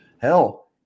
Hell